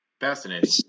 Fascinating